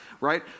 right